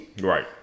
Right